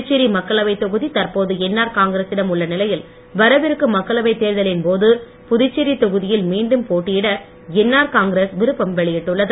புதுச்சேரி மக்களவைத் தொகுதி தற்போது என்ஆர் காங்கிரசிடம் உள்ள நிலையில் வரவிருக்கும் மக்களவைத் தேர்தலின் போது புதுச்சேரி தொகுதியில் மீண்டும் போட்டியிட என்ஆர் காங்கிரஸ் விருப்பம் வெளியிட்டுள்ளது